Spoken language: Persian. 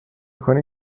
کنی